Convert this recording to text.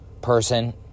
person